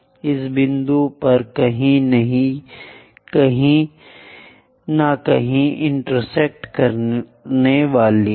तो यह इस बिंदु पर कहीं न कहीं इंटेरसेक्ट करने वाला है